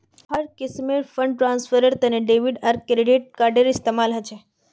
हर किस्मेर फंड ट्रांस्फरेर तने डेबिट आर क्रेडिट कार्डेर इस्तेमाल ह छे